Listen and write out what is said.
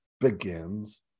begins